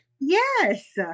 Yes